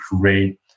create